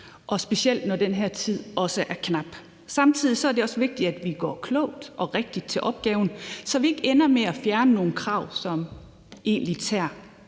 specielt, når den her tid også er knap. Samtidig er det også vigtigt, at vi går klogt og rigtigt til opgaven, så vi ikke ender med at fjerne nogle krav, som har